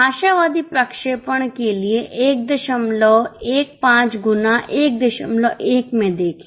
आशावादी प्रक्षेपण के लिए 115 गुना 11 में देखें